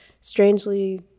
strangely